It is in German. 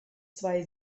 zwei